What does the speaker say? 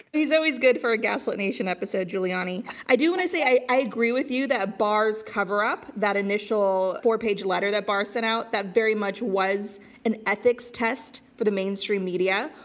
he's always good for a gaslit nation episode, giuliani. i do want i say i agree with you that barr's cover up, that initial four-page letter that barr sent out, that very much was an ethics test for the mainstream media.